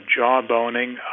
jawboning